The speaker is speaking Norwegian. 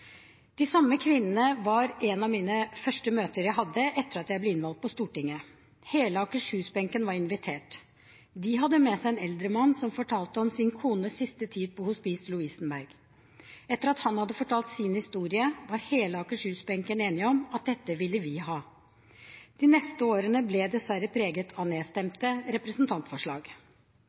de samme kvinnene. Hele Akershus-benken var invitert. De hadde med seg en eldre mann, som fortalte om sin kones siste tid på Hospice Lovisenberg. Etter at han hadde fortalt sin historie, var hele Akershus-benken enige om at dette ville vi ha. De neste årene ble dessverre preget av